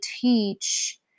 teach